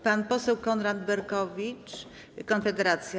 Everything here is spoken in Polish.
Pan poseł Konrad Berkowicz, Konfederacja.